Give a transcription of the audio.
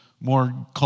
more